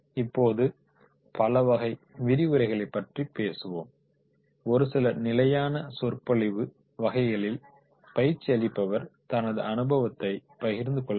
இப்போது பலவகை விரிவுரைகளைப் பற்றி பேசுவோம் ஒரு சில நிலையான சொற்பொழிவு வகைகளில் பயிற்சி அளிப்பவர் தனது அனுபவத்தைப் பகிர்ந்து கொள்வார்